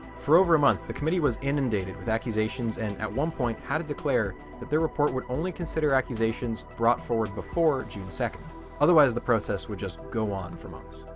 for over a month the committee was inundated with accusations and at one point had to declare that their report would only consider accusations brought forward before june second otherwise the process would just go on for months.